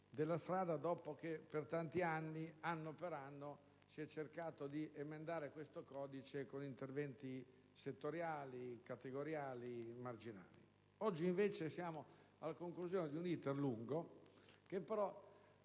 della strada, dopo che per molto tempo, anno per anno, si è cercato di emendarlo con interventi settoriali, categoriali e marginali. Oggi, invece, siamo alla conclusione di un lungo *iter*,